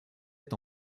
êtes